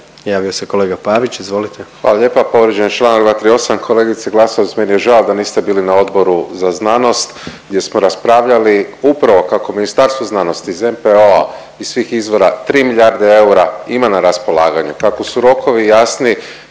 Javio se kolega Pavić, izvolite. **Pavić, Marko (HDZ)** Hvala lijepa. Povrijeđen je Članak 238., kolegice Glasovac meni je žao da niste bili na Odboru za znanost gdje smo raspravljali upravo kao Ministarstvo znanosti iz NPO-a iz svih izvora 3 milijarde eura ima na raspolaganju, kako su rokovi jasni,